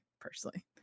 Personally